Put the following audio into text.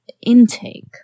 intake